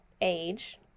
age